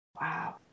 Wow